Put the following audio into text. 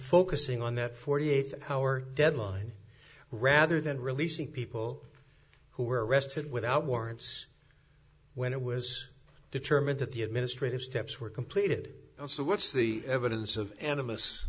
focusing on that forty eight hour deadline rather than releasing people who were arrested without warrants when it was determined that the administrative steps were completed so what's the evidence of anim